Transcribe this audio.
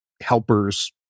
helpers